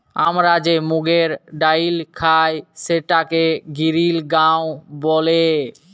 আমরা যে মুগের ডাইল খাই সেটাকে গিরিল গাঁও ব্যলে